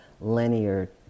linear